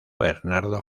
bernardo